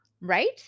right